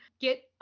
get